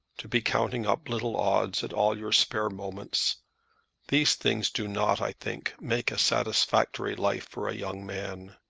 to be counting up little odds at all your spare moments these things do not, i think, make a satisfactory life for a young man.